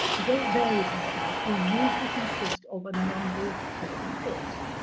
although it varies in size, will usually consist of a number of different books.